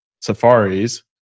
safaris